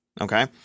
Okay